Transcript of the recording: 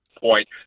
point